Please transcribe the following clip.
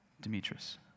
Demetrius